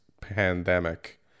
pandemic